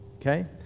Okay